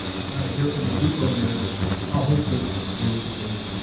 and kind of hear from the repo man how his business was doing, because